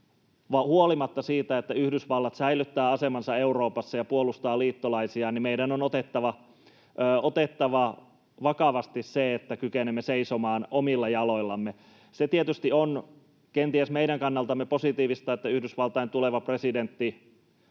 huolimatta siitä, että Yhdysvallat säilyttää asemansa Euroopassa ja puolustaa liittolaisia, meidän on otettava vakavasti se, että kykenemme seisomaan omilla jaloillamme. Se tietysti on kenties meidän kannaltamme positiivista, että Yhdysvaltain tuleva presidentti